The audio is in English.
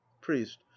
priest